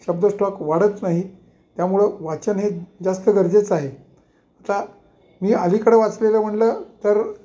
शब्द स्टॉक वाढत नाही त्यामुळं वाचन हे जास्त गरजेचं आहे आता मी अलीकडे वाचलेलं म्हणलं तर